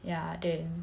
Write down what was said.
ya then